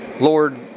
Lord